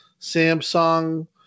Samsung